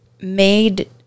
made